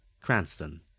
Cranston